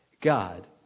God